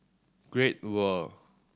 Great World